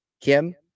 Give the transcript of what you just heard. Kim